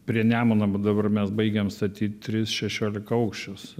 prie nemuno dabar mes baigiam statyt tris šešiolikaukščius